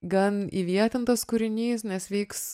gan įvietintas kūrinys nes vyks